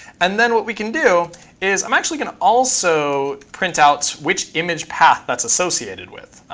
and then what we can do is i'm actually going to also print out which image path that's associated with.